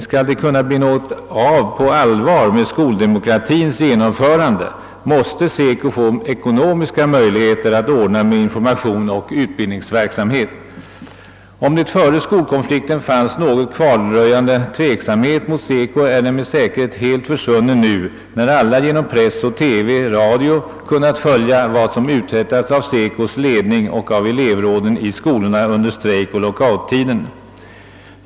Skall det på allvar kunna bli något av med skoldemokratiens genomförande måste SECO få ekonomiska möjligheter att ordna med information och undervisningsverksamhet. Om det före skolkonflikten fanns någon kvardröjande tveksamhet mot SECO är denna säkert helt förvsunnen nu när alla genom press och TV-radio kunnat följa vad som uträttats av SECO:s ledning och av elevråden i skolorna under strejkoch lockouttiden.